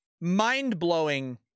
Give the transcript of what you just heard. mind-blowing